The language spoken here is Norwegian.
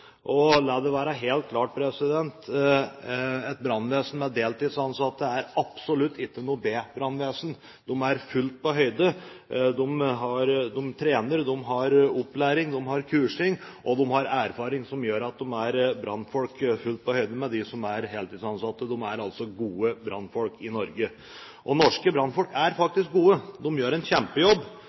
La det være helt klart at et brannvesen med deltidsansatte er absolutt ikke noe B-brannvesen. De er fullt på høyde. De trener, får opplæring, blir kurset og har erfaring som gjør at de er brannfolk fullt på høyde med dem som er heltidsansatte. De er altså gode brannfolk i Norge. Norske brannfolk er faktisk gode. De gjør en kjempejobb.